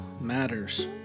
matters